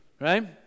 right